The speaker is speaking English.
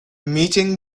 meeting